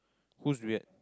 who's weird